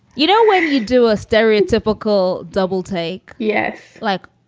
you don't why did you do a stereotypical double take? yes. like,